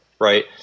right